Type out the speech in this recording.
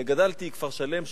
גדלתי בכפר-שלם,